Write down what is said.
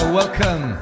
welcome